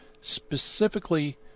specifically